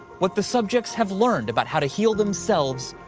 what the subjects have learned about how to heal themselves,